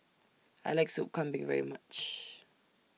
I like Soup Kambing very much